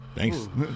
Thanks